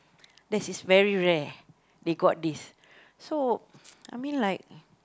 that is very rare they got this so I mean like